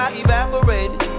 evaporated